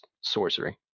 sorcery